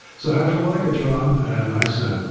so how'd you like it drawn? and i said,